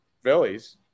Phillies